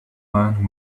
man